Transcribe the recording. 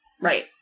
right